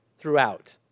throughout